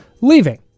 leaving